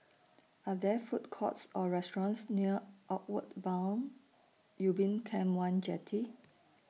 Are There Food Courts Or restaurants near Outward Bound Ubin Camp one Jetty